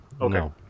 Okay